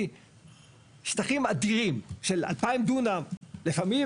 שטחים אדירים של 2,000 דונם לפעמים,